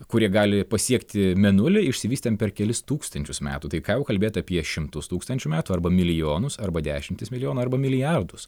kurie gali pasiekti mėnulį išsivystėm per kelis tūkstančius metų tai ką jau kalbėt apie šimtus tūkstančių metų arba milijonus arba dešimtis milijonų arba milijardus